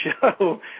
show